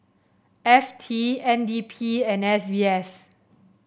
F T N D P and S B S